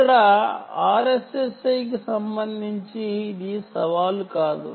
ఇక్కడ ఆర్ఎస్ఎస్ఐ కి సంబంధించి ఇది సవాలు కాదు